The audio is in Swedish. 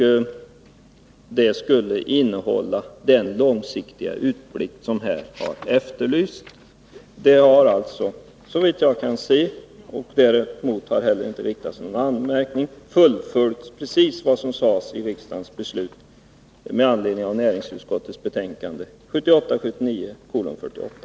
Rapporterna skulle innehålla den långsiktiga utblick som är efterlyst. Såvitt jag kan se — och mot detta har heller inte riktats någon anmärkning — har regeringen alltså fullföljt precis vad som sades i riksdagens beslut med anledning av näringsutskottets betänkande 1978/79:48.